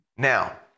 Now